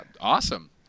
Awesome